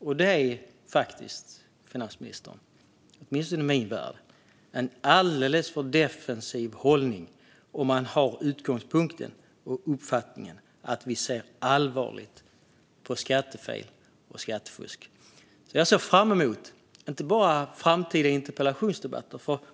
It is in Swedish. Och det, finansministern, är åtminstone i min värld en alldeles för defensiv hållning om man har utgångspunkten och uppfattningen att man ser allvarligt på skattefel och skattefusk. Jag ser fram emot framtida interpellationsdebatter.